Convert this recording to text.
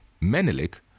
Menelik